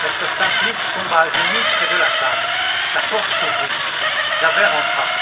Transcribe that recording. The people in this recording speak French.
la soeur simplice tomba à genoux près de la table la porte s'ouvrit javert entra